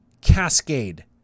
cascade